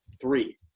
three